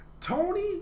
Tony